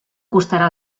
costarà